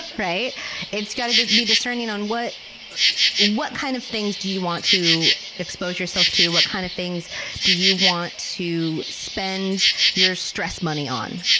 it's got to to be discerning on what what kind of things do you want to expose yourself to, what kind of things do you want to spend your stress money on?